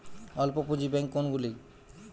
অল্প পুঁজি ব্যাঙ্ক কোনগুলি?